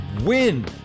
win